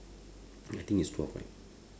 I think is twelve right